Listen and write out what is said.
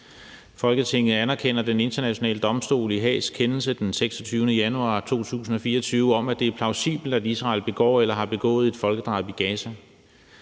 Folketinget anerkender Den Internationale Domstol i Haags kendelse 26. januar 2024 om, at det er plausibelt, at Israel begår eller har begået folkedrab i Gaza.